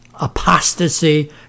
apostasy